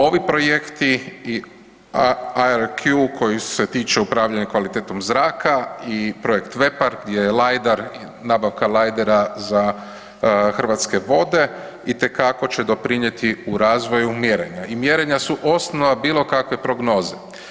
Ovi projekti i AIRQ koji se tiču upravljanja kvalitetom zraka i projekt VEPAR je lajdar, nabavka lajdera za Hrvatske vode itekako će doprinjeti u razvoju mjerenja i mjerenja su osnova bilo kakve prognoze.